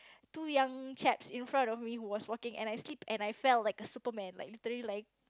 two young chaps in front of me who was walking and I slipped and I fell like a superman like literally like